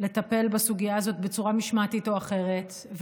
לטפל בסוגיה הזאת בצורה משמעתית או אחרת,